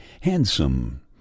handsome